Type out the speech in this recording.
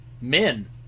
men